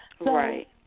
Right